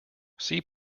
see